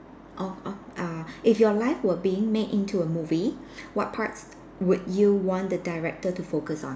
oh oh err if your life were being made into a movie what parts would you want the director to focus on